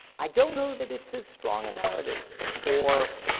i don't know that it's as strong a narrative for